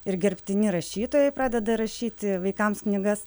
ir gerbtini rašytojai pradeda rašyti vaikams knygas